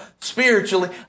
Spiritually